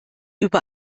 über